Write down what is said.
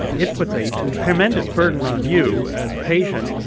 it puts a tremendous burden on you as a patient.